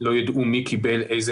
לא ידעו מי קיבל איזה